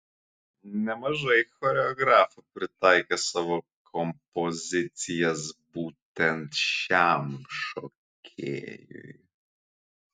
nemažai choreografų pritaikė savo kompozicijas būtent šiam šokėjui